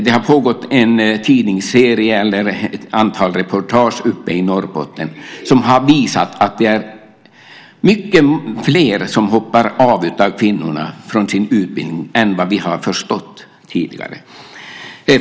Det har varit ett antal tidningsreportage uppe i Norrbotten som har visat att det är många fler av kvinnorna som hoppar av från sin utbildning än vad vi har förstått tidigare.